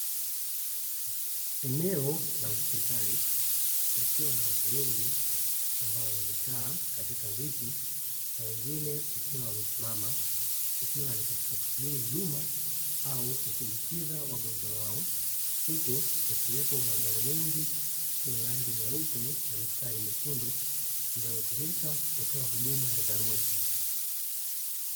Eneo la hospitali likiwa na watu wengi ambao wamekaa katika viti na wengine wakiwa wamesimama ikiwa ni katika kusubiri huduma au kusindikiza wagonjwa wao, huku yakiwepo magari mengi yenye rangi nyeupe na mistari mekundu ambayo hutumika kutoa huduma ya dharura.